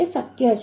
તે શક્ય છે